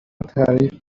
تعریف